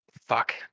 fuck